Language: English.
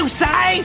say